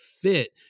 fit